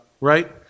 right